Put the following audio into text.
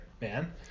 man